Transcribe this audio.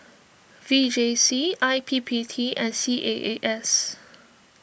V J C I P P T and C A A S